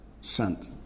sent